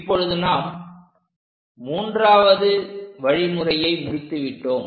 இப்பொழுது நாம் மூன்றாவது வழிமுறையை முடித்து விட்டோம்